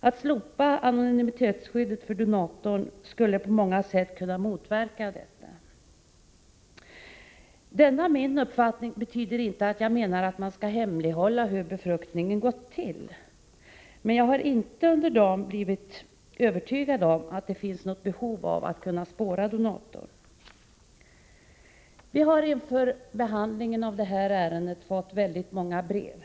Att slopa anonymitetsskyddet för donatorn skulle på många sätt kunna motverka detta. Denna min uppfattning betyder inte att jag menar att man skall hemlighålla hur befruktningen gått till. Men jag har under dagen inte blivit övertygad om att det finns något behov av att spåra donatorn. Vi har inför behandlingen av detta ärende fått många brev.